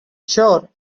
sure